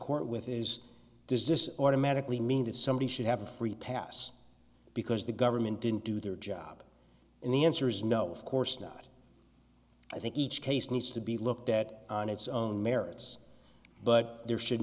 court with is does this automatically mean that somebody should have a free pass because the government didn't do their job and the answer is no of course not i think each case needs to be looked at on its own merits but there should